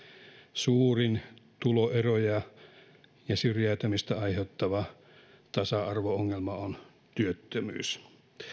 suurin tuloeroja ja syrjäytymistä aiheuttava tasa arvo ongelma on työttömyys